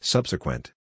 Subsequent